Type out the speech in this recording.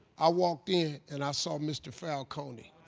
i walked in and i saw mr. falcone.